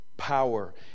power